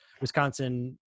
Wisconsin